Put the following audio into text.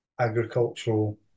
agricultural